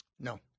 No